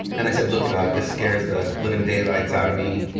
and i said, look, god. this scares the living daylights out of me.